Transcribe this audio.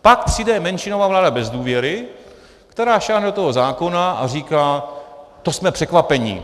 Pak přijde menšinová vláda bez důvěry, která sáhne do toho zákona a říká: to jsme překvapeni.